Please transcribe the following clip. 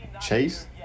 Chase